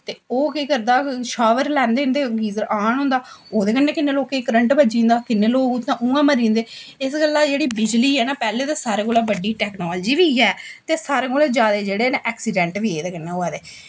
ते ओह् केह् करदा शॉवर लैंदे न ते गीज़र ऑन होंदा ओह्दे कन्नै किन्ने लोकें गी करंट बज्जी जंदा ते ओह्दे कन्नै लोग उ'यां मरी जंदे इस गल्ल जेह्ड़ी बिज़ली ऐ ना पैह्लें ते सारें कोला बड्डी टैकनॉलजी बी इ'यै ऐ ते सारें कोला जादा ना ऐक्सिडैंट बी एह्दे कन्नै होऐ दे